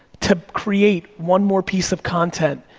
to create one more piece of content,